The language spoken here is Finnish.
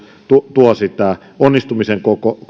tuo niitä onnistumisen